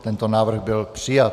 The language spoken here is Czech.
Tento návrh byl přijat.